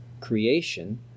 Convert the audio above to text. creation